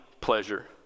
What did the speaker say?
pleasure